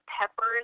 peppers